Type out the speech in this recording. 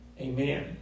Amen